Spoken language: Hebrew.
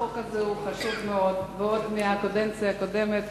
החוק הזה הוא חשוב ביותר, ועוד בקדנציה הקודמת